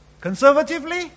conservatively